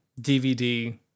DVD